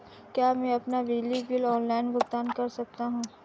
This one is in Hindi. क्या मैं अपना बिजली बिल ऑनलाइन भुगतान कर सकता हूँ?